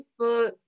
Facebook